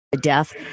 death